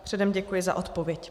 Předem děkuji za odpověď.